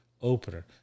opener